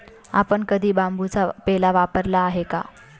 आपण कधी बांबूचा पेला वापरला आहे का?